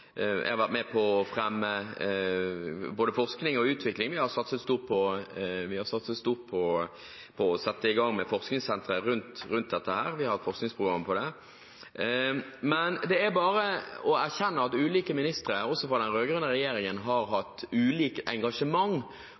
Jeg har vært med på å fremme både forskning og utvikling. Vi har satset stort på å sette i gang med forskningssentre rundt dette, og vi har et forskningsprogram om det. Men det er bare å erkjenne at ulike ministre – også fra den rød-grønne regjeringen – har hatt ulikt engasjement